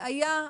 זה היה,